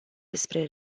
despre